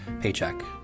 paycheck